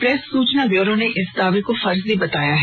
press सूचना bureau ने इस दावे को फर्जी बताया है